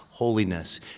holiness